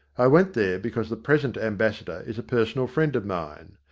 i went there because the present ambassador is a personal friend of mine.